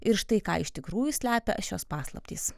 ir štai ką iš tikrųjų slepia šios paslaptys